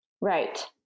Right